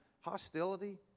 hostility